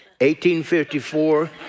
1854